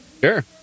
Sure